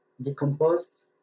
decomposed